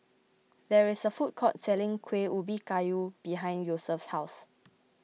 there is a food court selling Kuih Ubi Kayu behind Yosef's house